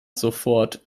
sofort